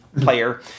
player